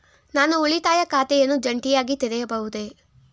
ನಾನು ಉಳಿತಾಯ ಖಾತೆಯನ್ನು ಜಂಟಿಯಾಗಿ ತೆರೆಯಬಹುದೇ?